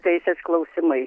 teisės klausimai